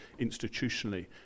institutionally